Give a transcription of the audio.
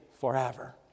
forever